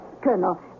Colonel